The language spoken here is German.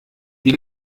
die